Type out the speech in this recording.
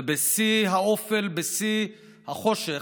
ובשיא האופל, בשיא החושך,